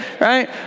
right